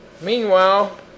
Meanwhile